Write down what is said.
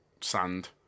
Sand